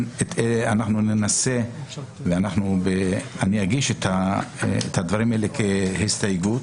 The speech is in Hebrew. אני אגיש את הדברים האלה כהסתייגות.